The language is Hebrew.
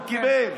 הוא קיבל.